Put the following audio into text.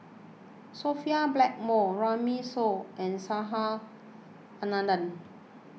Sophia Blackmore Runme Shaw and Subhas Anandan